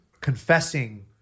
confessing